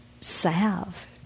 salve